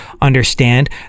understand